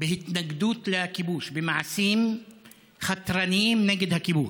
בהתנגדות לכיבוש, במעשים חתרניים נגד הכיבוש.